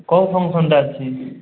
କେଉଁ ଫଙ୍କସନ୍ଟା ଅଛି